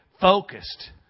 focused